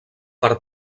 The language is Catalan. per